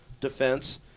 defense